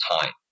time